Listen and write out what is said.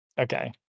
Okay